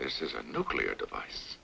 this is a nuclear device